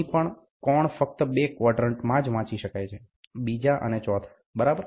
અહીં પણ કોણ ફક્ત બે ક્વોડ્રેંટમાં જ વાંચી શકાય છે બીજા અને ચોથા બરાબર